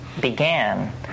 began